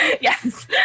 Yes